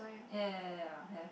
ya ya ya ya have